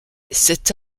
cette